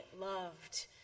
loved